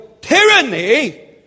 tyranny